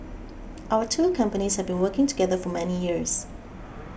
our two companies have been working together for many years